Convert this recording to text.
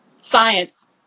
Science